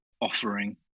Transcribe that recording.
offering